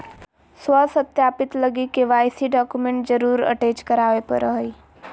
स्व सत्यापित लगी के.वाई.सी डॉक्यूमेंट जरुर अटेच कराय परा हइ